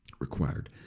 required